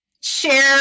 share